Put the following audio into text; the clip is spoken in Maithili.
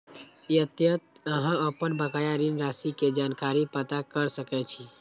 एतय अहां अपन बकाया ऋण राशि के जानकारी पता कैर सकै छी